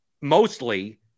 mostly